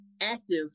active